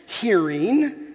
hearing